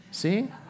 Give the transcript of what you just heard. See